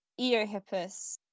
Eohippus